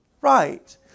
Right